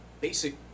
basic